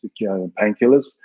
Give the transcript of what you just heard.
painkillers